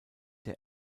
der